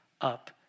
up